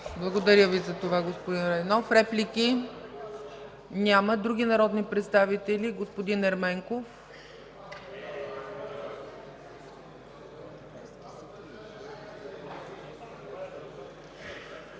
Благодаря Ви за това, господин Райнов. Реплики? Няма. Други народни представители. Господин Ерменков?